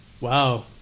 Wow